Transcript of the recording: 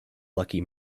lucky